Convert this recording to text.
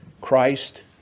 Christ